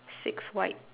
six white